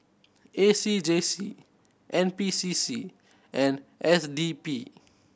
A C J C N P C C and S D P